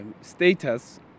status